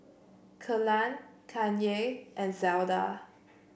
Kelan Kanye and Zelda